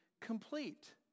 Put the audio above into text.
complete